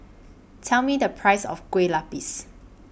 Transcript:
Tell Me The Price of Kueh Lupis